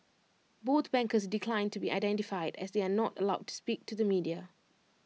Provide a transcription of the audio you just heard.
both bankers declined to be identified as they are not allowed to speak to the media